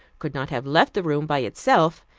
could not have left the room by itself,